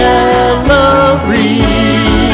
Gallery